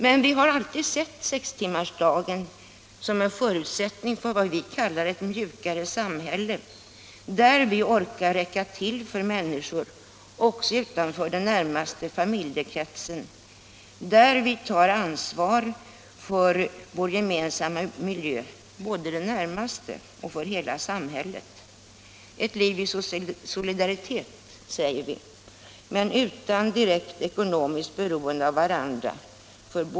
Men vi har alltså sett sextimmarsdagen såsom en förutsättning för vad vi kallar ett mjukare samhälle, där vi orkar räcka till för människor också utanför den närmaste familjekretsen och där tar vi ansvar för vår gemensamma miljö, både den närmaste och hela samhället — ett liv i solidaritet, säger vi, för både män och kvinnor men utan direkt ekonomiskt beroende av varandra.